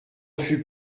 fut